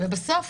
ובסוף